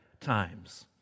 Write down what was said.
times